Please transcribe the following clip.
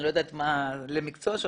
אני לא יודעת מה מתאים למקצוע שלכם.